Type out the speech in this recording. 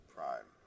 Prime